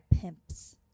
pimps